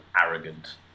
arrogant